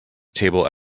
table